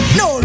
no